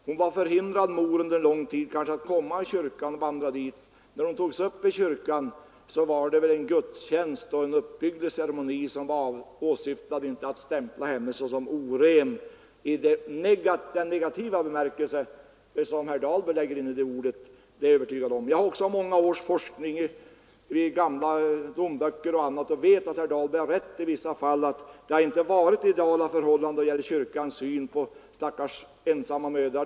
Modern hade kanske under lång tid varit förhindrad att komma till kyrkan, och när hon togs upp i kyrkan på nytt, så var det väl en gudstjänst och en uppbygglig ceremoni som åsyftades, inte att stämpla henne såsom oren i den negativa bemärkelse som herr Dahlberg använde ordet. Jag har också forskat många år i gamla domböcker och vet att herr Dahlberg har rätt i att det i vissa fall inte har varit ideala förhållanden då det gäller kyrkans syn på ensamma mödrar.